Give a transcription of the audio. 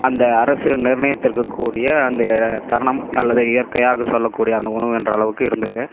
அந்த அரசின் நிர்ணயத்திற்குக்கூடிய அந்தைய தருணம் அல்லது இயற்கையாக சொல்லக்கூடிய அந்த உணவு என்ற அளவுக்கு இருந்தது